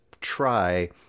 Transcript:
try